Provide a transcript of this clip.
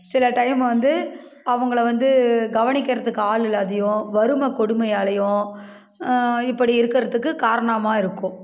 சில டைம் வந்து அவங்கள வந்து கவனிக்கிறத்துக்கு ஆள் இல்லாடியும் வறுமை கொடுமையாலையும் இப்படி இருக்கிறத்துக்கு காரணமாக இருக்கும்